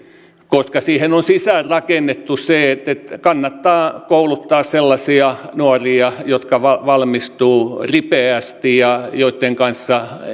koska siihen on sisäänrakennettu se että kannattaa kouluttaa sellaisia nuoria jotka valmistuvat ripeästi ja joitten kanssa